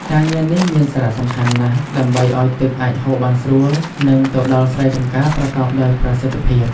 ការងារនេះមានសារៈសំខាន់ណាស់ដើម្បីឲ្យទឹកអាចហូរបានស្រួល និងទៅដល់ស្រែចម្ការប្រកបដោយប្រសិទ្ធភាព។